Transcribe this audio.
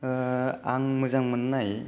आं मोननाय